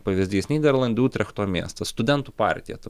pavyzdys nyderlandų utrechto miestas studentų partija ta